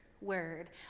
word